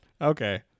Okay